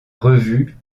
revue